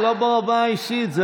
לא ברמה האישית.